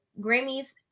grammys